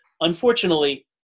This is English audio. unfortunately